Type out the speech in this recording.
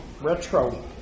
retro